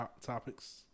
topics